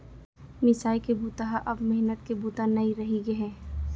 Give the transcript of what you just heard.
मिसाई के बूता ह अब मेहनत के बूता नइ रहि गे हे